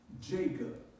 Jacob